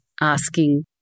asking